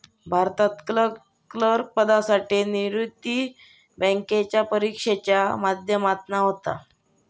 भारतात क्लर्क पदासाठी नियुक्ती बॅन्केच्या परिक्षेच्या माध्यमातना होता